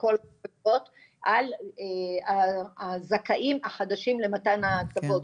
לכל הקצוות על הזכאים החדשים למתן ההטבות.